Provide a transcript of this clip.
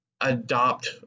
adopt